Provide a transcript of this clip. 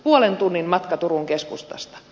puolen tunnin matka turun keskustasta